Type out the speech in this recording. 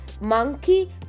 monkey